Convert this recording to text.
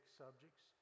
subjects